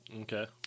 Okay